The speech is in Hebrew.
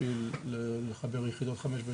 הסכמי הגז של חברת החשמל נפתחו,